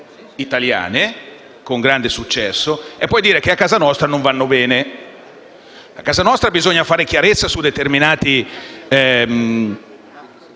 italiane, con grande successo, e poi dire che a casa nostra non vanno bene. A casa nostra bisogna fare chiarezza su determinate